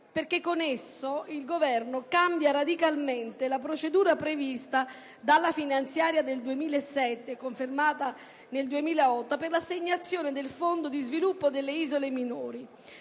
perché con esso il Governo cambia radicalmente la procedura prevista dalla finanziaria 2007, confermata nel 2008, per l'assegnazione del Fondo di sviluppo delle isole minori,